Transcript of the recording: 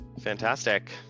Fantastic